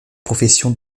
profession